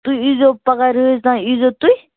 تُہۍ یی زیٚو پگاہ رٲژ تام یی زیوٚ تُہۍ